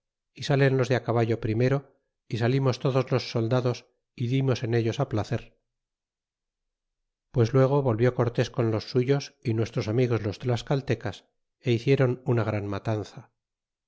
y salen los de á caballo primero y salimos todos los soldados y dimos en ellos a placer pues luego volvió cortés con los suyos y nuestros amigos los tlascaltecas é hicieron una gran matanza